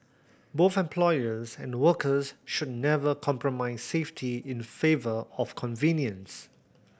both employers and workers should never compromise safety in favour of convenience